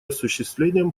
осуществлением